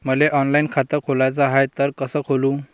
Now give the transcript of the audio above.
मले ऑनलाईन खातं खोलाचं हाय तर कस खोलू?